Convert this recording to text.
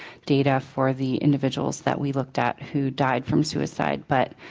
data for the individuals that we looked at who died from suicide but